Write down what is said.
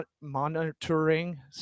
monitoring